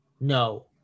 No